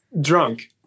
drunk